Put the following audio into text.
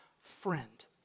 friend